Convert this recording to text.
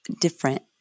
different